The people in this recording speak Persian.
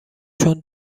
چون